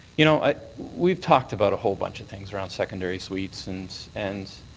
you know ah we've talked about a whole bunch of things around secondary suites and and